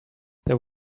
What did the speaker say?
there